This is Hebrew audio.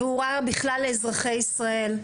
ובכלל לאזרחי ישראל.